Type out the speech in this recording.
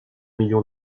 million